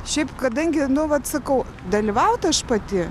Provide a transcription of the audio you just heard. šiaip kadangi nu vat sakau dalyvaut aš pati